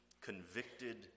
convicted